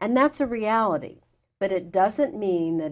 and that's a reality but it doesn't mean that